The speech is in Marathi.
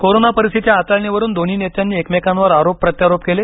कोरोना परिस्थिती हाताळणीवरून दोन्ही नेत्यांनी एकमेकांवर आरोप प्रत्यारोप केले